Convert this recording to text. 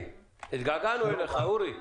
הוא ייקנס.